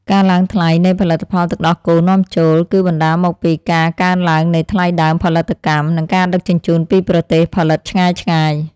ការឡើងថ្លៃនៃផលិតផលទឹកដោះគោនាំចូល គឺបណ្តាលមកពីការកើនឡើងនៃថ្លៃដើមផលិតកម្ម និងការដឹកជញ្ជូនពីប្រទេសផលិតឆ្ងាយៗ។